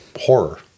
horror